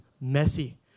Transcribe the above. messy